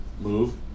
move